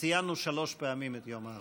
ציינו שלוש פעמים את יום האחדות.